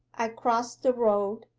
i crossed the road,